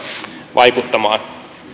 vaikuttamaan